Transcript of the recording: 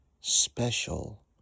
special